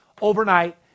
overnight